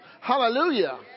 Hallelujah